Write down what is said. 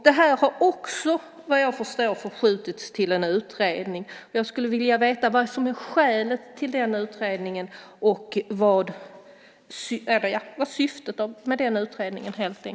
Det här har också, vad jag förstår, förskjutits till en utredning. Jag skulle helt enkelt vilja veta vad som är skälet till och syftet med utredningen.